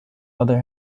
other